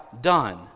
done